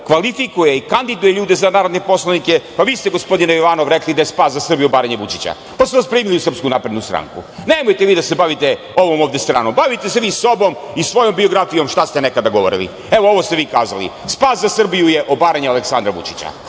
kvalifikuje i kandiduje ljude za narodne poslanike, pa vi ste, gospodine Jovanov, rekli da je spas za Srbiju obaranje Vučića, pa su vas primili u SNS. Nemojte vi da se bavite ovom ovde stranom. Bavite se vi sobom i svojom biografijom šta ste nekada govorili. Evo, ovo ste vi kazali – spas za Srbiju je obaranje Aleksandra Vučića.